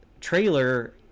trailer